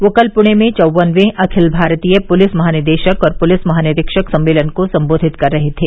वह कल पृणे में चौवनवें अखिल भारतीय पुलिस महानिदेशक और पुलिस महानिरीक्षक सम्मेलन को सम्बोधित कर रहे थे